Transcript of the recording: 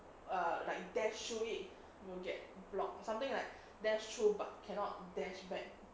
err like that dash through it will get blocked something like dash through but cannot dash back